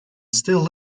still